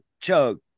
chug